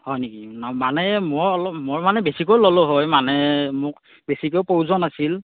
হয় নেকি মানে মোৰ অলপ মোৰ মানে বেছিকৈ ল'লোঁ হয় মানে মোক বেছিকৈ প্ৰয়োজন আছিল